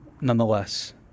nonetheless